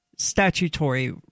statutory